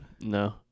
No